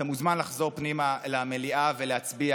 אתה מוזמן לחזור פנימה למליאה ולהצביע